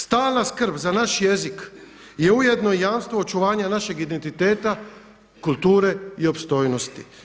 Stalna skrb za naš jezik je ujedno i jamstvo očuvanja našeg identiteta, kulture i opstojnosti.